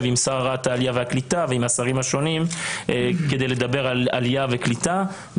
עם שרת העלייה והקליטה ועם השרים השונים כדי לדבר על עלייה וקליטה.